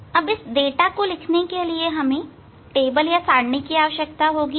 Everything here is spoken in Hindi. आपको डाटा को लिखने के लिए सारणी की आवश्यकता होगी